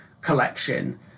collection